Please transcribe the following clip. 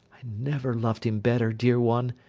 i never loved him better, dear one,